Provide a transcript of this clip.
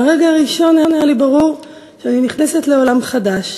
מהרגע הראשון היה לי ברור שאני נכנסת לעולם חדש,